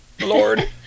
Lord